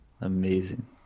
amazing